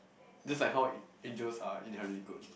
just like how angels are inherently good